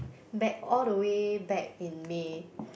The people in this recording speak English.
back all the way back in May